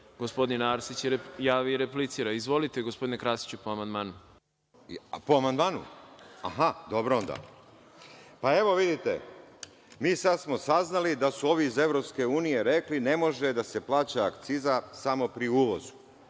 gospodin Arsić javi i replicira. Izvolite, gospodine Krasiću, po amandmanu. **Zoran Krasić** Po amandmanu? Aha, dobro onda. Pa, evo, vidite, mi smo sada saznali da su ovi iz EU rekli - ne može da se plaća akciza samo pri uvozu